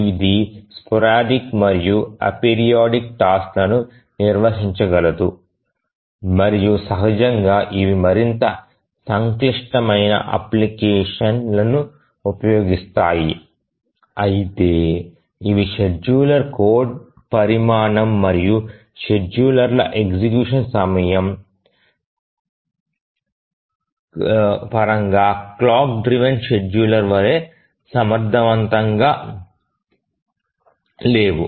ఇది స్పారదిక్ మరియు aperiodic task లను నిర్వహించగలదు మరియు సహజంగా ఇవి మరింత సంక్లిష్టమైన అప్లికేషన్ లను ఉపయోగిస్తాయి అయితే ఇవి షెడ్యూలర్ల కోడ్ పరిమాణం మరియు షెడ్యూలర్ల ఎగ్జిక్యూషన్ సమయం పరంగాక్లాక్ డ్రివెన షెడ్యూలర్ వలె సమర్థవంతంగా లేవు